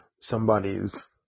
somebody's